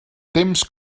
temps